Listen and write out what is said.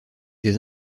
des